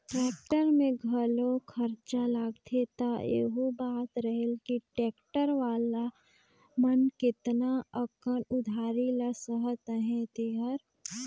tractor में घलो खरचा लागथे त एहू बात रहेल कि टेक्टर वाला मन केतना अकन उधारी ल सहत अहें तेहर